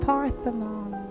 Parthenon